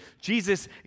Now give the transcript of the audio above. Jesus